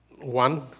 one